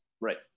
Right